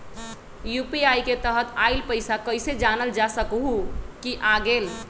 UPI के तहत आइल पैसा कईसे जानल जा सकहु की आ गेल?